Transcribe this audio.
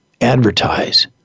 advertise